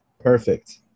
Perfect